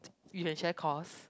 we can share cost